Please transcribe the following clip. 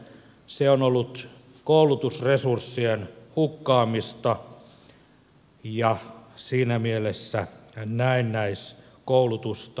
se on ollut koulutusresurssien hukkaamista ja siinä mielessä näennäiskoulutusta